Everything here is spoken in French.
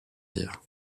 dire